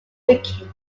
weakened